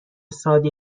ساده